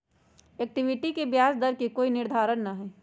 equity के ब्याज दर के कोई निर्धारण ना हई